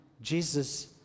Jesus